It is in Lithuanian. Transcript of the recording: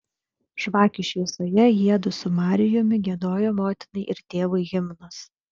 žvakių šviesoje jiedu su marijumi giedojo motinai ir tėvui himnus